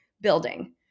building